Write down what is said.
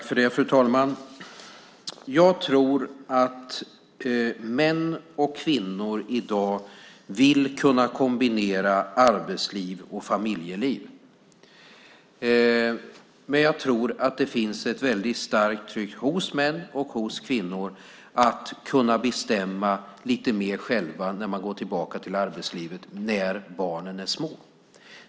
Fru talman! Jag tror att män och kvinnor i dag vill kunna kombinera arbetsliv och familjeliv. Men jag tror att det finns ett väldigt starkt tryck hos män och hos kvinnor på att kunna bestämma lite mer själva när de går tillbaka till arbetslivet när barnen är små.